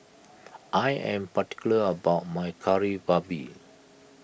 I am particular about my Kari Babi